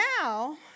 now